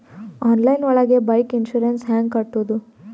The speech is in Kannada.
ಆನ್ಲೈನ್ ಒಳಗೆ ಬೈಕ್ ಇನ್ಸೂರೆನ್ಸ್ ಹ್ಯಾಂಗ್ ಕಟ್ಟುದು?